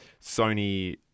Sony